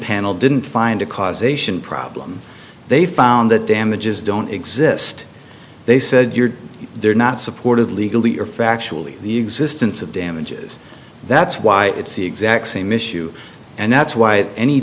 panel didn't find a causation problem they found the damages don't exist they said you're they're not supported legally or factually the existence of damages that's why it's the exact same issue and that's why any